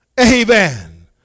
Amen